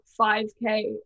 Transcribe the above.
5k